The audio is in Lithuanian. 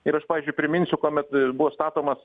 ir aš pavyzdžiui priminsiu kuomet buvo statomas